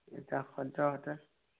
এতিয়া সদ্যহতে